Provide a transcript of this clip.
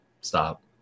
stop